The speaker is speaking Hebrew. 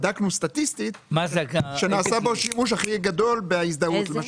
בדקנו סטטיסטית, נעשה בו שימוש הרי גדול בהזדהות.